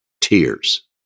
tears